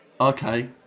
Okay